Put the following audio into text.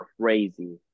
crazy